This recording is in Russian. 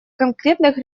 конкретных